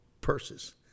purses